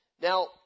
Now